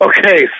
Okay